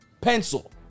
pencil